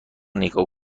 نیگا